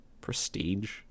Prestige